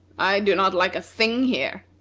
i do not like a thing here!